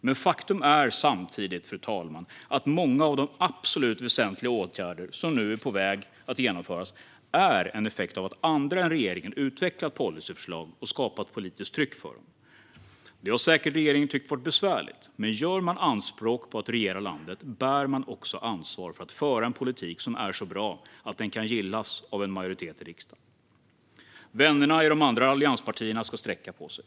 Men faktum är samtidigt, fru talman, att många av de absolut mest väsentliga åtgärder som nu är på väg att genomföras är en effekt av att andra än regeringen utvecklat policyförslag och skapat politiskt tryck för dem. Det har säkert regeringen tyckt varit besvärligt. Men gör man anspråk på att regera landet bär man också ansvar för att föra en politik som är så bra att den kan gillas av en majoritet i riksdagen. Vännerna i de andra allianspartierna ska sträcka på sig.